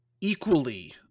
equally